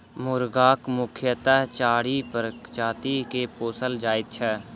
मुर्गाक मुख्यतः चारि प्रजाति के पोसल जाइत छै